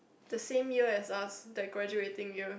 the same year as us the graduating year